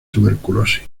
tuberculosis